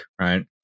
right